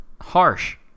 harsh